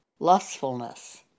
lustfulness